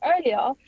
earlier